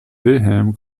wilhelm